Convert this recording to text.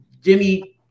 Jimmy